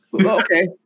Okay